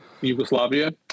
Yugoslavia